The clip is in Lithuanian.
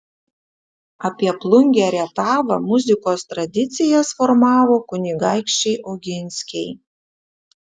apie plungę rietavą muzikos tradicijas formavo kunigaikščiai oginskiai